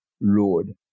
Lord